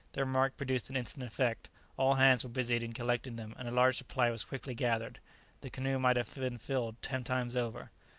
the remark produced an instant effect all hands were busied in collecting them, and a large supply was quickly gathered the canoe might have been filled ten times over.